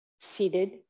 seated